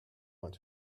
want